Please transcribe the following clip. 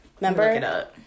Remember